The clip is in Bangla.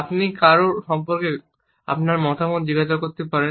আপনি কারও সম্পর্কে আপনার মতামত জিজ্ঞাসা করতে পারেন